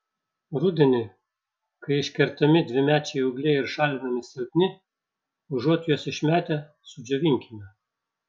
rudenį kai iškertami dvimečiai ūgliai ir šalinami silpni užuot juos išmetę sudžiovinkime